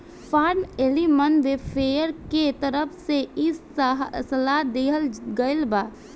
form animal welfare के तरफ से इ सलाह दीहल गईल बा